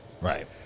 Right